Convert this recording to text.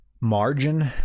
margin